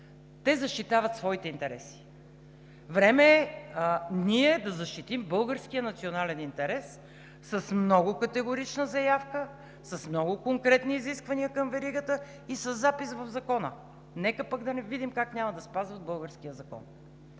Те защитават своите интереси. Време е ние да защитим българския национален интерес с много категорична заявка, с много конкретни изисквания към веригата и със запис в Закона. Нека пък да видим как няма да спазват българския закон.